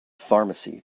pharmacy